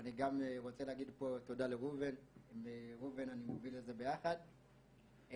ואני גם רוצה להגיד פה תודה לראובן שאני מוביל את זה ביחד איתו.